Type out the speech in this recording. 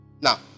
now